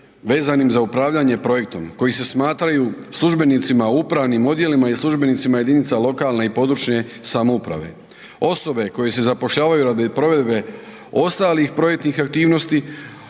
vezanim za upravljanje projektom, koji se smatraju službenicima u upravnim odjelima i službenicima jedinice lokalne i područne samouprave. Osobe koje se zapošljavaju radi provedbe ostalih projektnih aktivnosti,